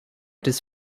does